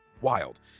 wild